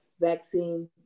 vaccine